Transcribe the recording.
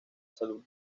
salud